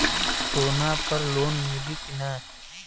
सोना पर लोन मिली की ना?